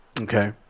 Okay